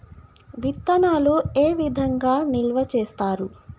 విత్తనాలు ఏ విధంగా నిల్వ చేస్తారు?